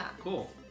Cool